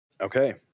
Okay